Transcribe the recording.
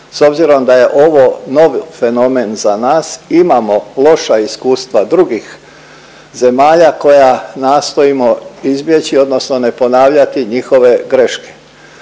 s obzirom da je ovo nov fenomen za nas imamo loša iskustva drugih zemalja koja nastojimo izbjeći odnosno ne ponavljati njihove greške,